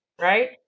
Right